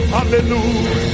Hallelujah